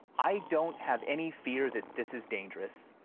i don't have any fear that this is dangerous.